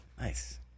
Nice